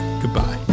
goodbye